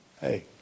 Hey